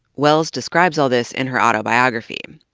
wells describes all this in her autobiography.